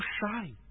shy